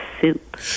soup